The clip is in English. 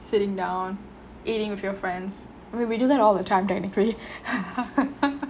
sitting down eating with your friends we we do that all the time technically